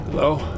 Hello